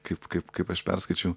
kaip kaip kaip aš perskaičiau